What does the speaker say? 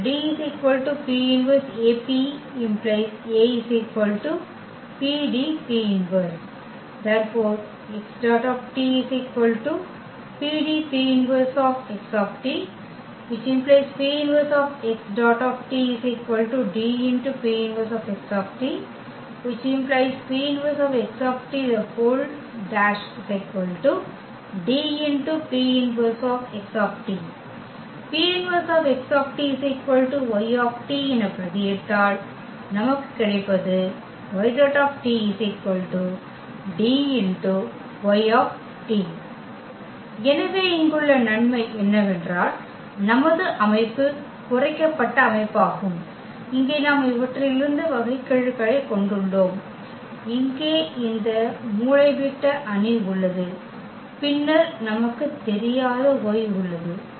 பின்னர் D P−1AP ⇒ A PDP−1 P−1 X Y என பிரதியிட்டால் நமக்கு கிடைப்பது எனவே இங்குள்ள நன்மை என்னவென்றால் நமது அமைப்பு குறைக்கப்பட்ட அமைப்பாகும் இங்கே நாம் இவற்றிலிருந்து வகைகெழுகளைக் கொண்டுள்ளோம் இங்கே இந்த மூலைவிட்ட அணி உள்ளது பின்னர் நமக்கு தெரியாத y உள்ளது